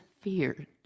feared